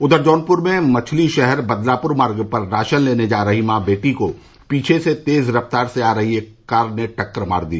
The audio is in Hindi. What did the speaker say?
उधर जौनपुर में मछलीशहर बदलापुर मार्ग पर राशन लेने जा रही मां बेटी को पीछे से तेज रफ्तार से आ रही एक कार ने टक्कर मार दी